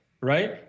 Right